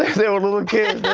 they were little kids.